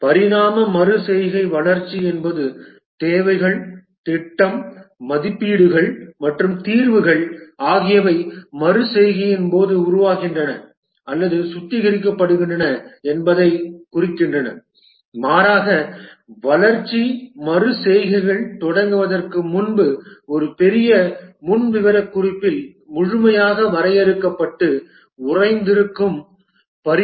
"பரிணாம மறு செய்கை வளர்ச்சி என்பது தேவைகள் திட்டம் மதிப்பீடுகள் மற்றும் தீர்வுகள் ஆகியவை மறு செய்கையின் போது உருவாகின்றன அல்லது சுத்திகரிக்கப்படுகின்றன என்பதைக் குறிக்கின்றன மாறாக வளர்ச்சி மறு செய்கைகள் தொடங்குவதற்கு முன்பு ஒரு பெரிய முன் விவரக்குறிப்பில் முழுமையாக வரையறுக்கப்பட்டு" உறைந்திருக்கும் "